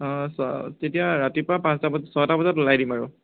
অঁ চোৱা তেতিয়া ৰাতিপুৱা পাঁচটা বজাত ছটা বজাত ওলাই দিম আৰু